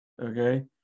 Okay